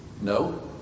No